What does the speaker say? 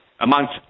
Amongst